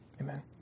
Amen